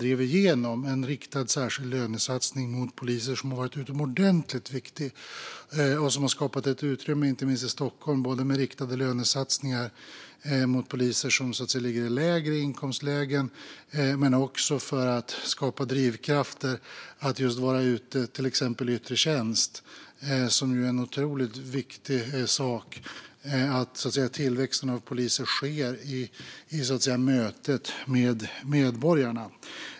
Det gjordes en riktad, särskild lönesatsning på poliser som var utomordentligt viktig och som skapade utrymme inte minst i Stockholm för riktade lönesatsningar på poliser i lägre inkomstlägen. Den satsningen skapade också drivkrafter att vara ute i yttre tjänst, till exempel. Det är ju otroligt viktigt att tillväxten av poliser sker i mötet med medborgarna.